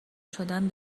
شدن